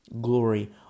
glory